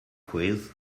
quiz